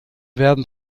werden